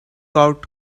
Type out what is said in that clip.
out